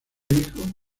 hijo